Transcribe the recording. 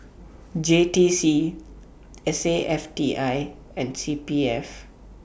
J T C S A F T I and C P F